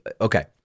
Okay